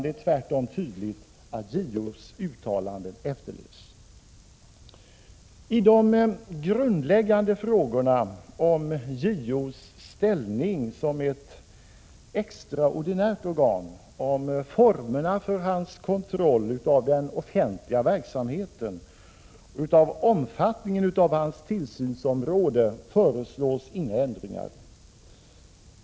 Det är tvärt om tydligt att JO:s uttalanden efterlevs. I de grundläggande frågorna om JO-ämbetets ställning som ett extraordinärt organ, om formerna för JO:s kontroll av den offentliga verksamheten och om omfattningen av hans tillsynsområde föreslås inga förändringar.